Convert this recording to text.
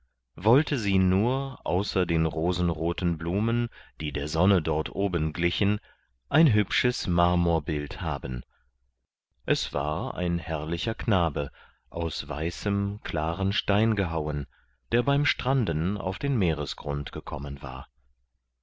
wollte sie nur außer den rosenroten blumen die der sonne dort oben glichen ein hübsches marmorbild haben es war ein herrlicher knabe aus weißem klaren stein gehauen der beim stranden auf den meeresgrund gekommen war